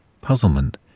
puzzlement